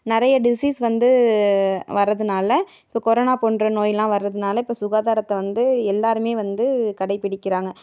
நிறைய டிசீஸ் வந்து வரதுனால இப்போ கொரோனா போன்ற நோய்லாம் வரதுனால இப்போ சுகாதாரத்தை வந்து எல்லாருமே வந்து கடைபிடிக்கிறாங்க